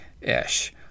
ish